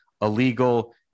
illegal